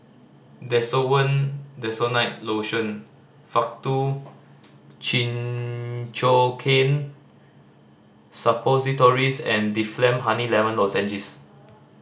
Desowen Desonide Lotion Faktu Cinchocaine Suppositories and Difflam Honey Lemon Lozenges